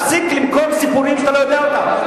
תפסיק למכור סיפורים שאתה לא יודע אותם.